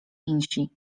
insi